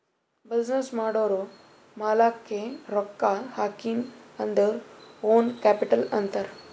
business ಮಾಡೂರ್ ಮಾಲಾಕ್ಕೆ ರೊಕ್ಕಾ ಹಾಕಿನ್ ಅಂದುರ್ ಓನ್ ಕ್ಯಾಪಿಟಲ್ ಅಂತಾರ್